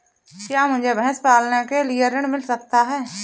क्या मुझे भैंस पालने के लिए ऋण मिल सकता है?